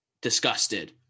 disgusted